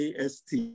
AST